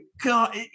God